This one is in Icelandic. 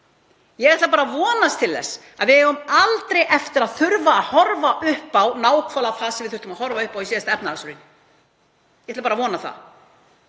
Ég ætla að vona að við eigum aldrei eftir að þurfa að horfa upp á nákvæmlega það sem við þurftum að horfa upp á í síðasta efnahagshruni. Ég ætla bara að vona það.